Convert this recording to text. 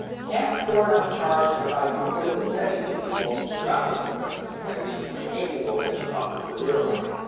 can't store enough charge to provide completely steady dc voltage throughout the system as the incoming ac voltage crosses the zero line.